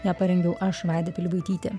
ją parengiau aš vaida pilibaitytė